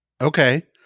Okay